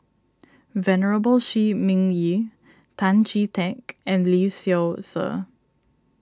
Venerable Shi Ming Yi Tan Chee Teck and Lee Seow Ser